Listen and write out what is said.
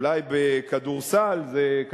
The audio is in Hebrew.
אולי בכדורסל זה,